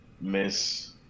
Miss